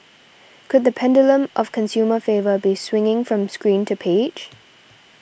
could the pendulum of consumer favour be swinging from screen to page